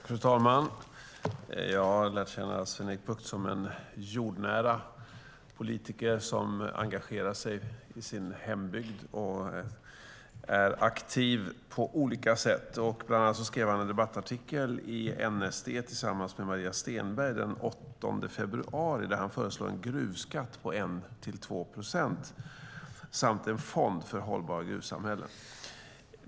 Fru talman! Jag har lärt känna Sven-Erik Bucht som en jordnära politiker som engagerar sig i sin hembygd och är aktiv på olika sätt. Bland annat skrev han tillsammans med Maria Stenberg en debattartikel i NSD den 8 februari där han föreslår en gruvskatt på 1-2 procent samt en fond för hållbara gruvsamhällen.